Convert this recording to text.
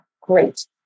Great